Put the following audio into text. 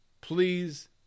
please